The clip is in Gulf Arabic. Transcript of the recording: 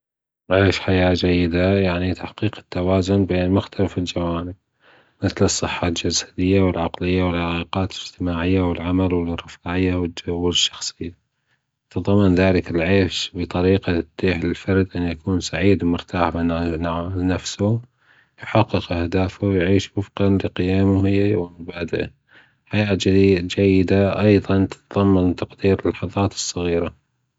عيش حياة جيدة يعني تحقيق التوازن بين مختلف الجوانب مثل الصحة الجسديو العقلية والعلاقات الاجتماعية والعمل والرفاهية والأمور الشخصية يتمضمن ذلك العيش بطريقة التي تتيح للفرد أن يكون سعيد ومرتاح بنفسه يحقق أهدجافة يعيش وفقًا لقيميه ومبادأه حياة جيدة أيضًا تتضمن تقدير اللحظات الصغيرة.